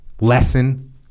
lesson